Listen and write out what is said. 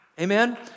amen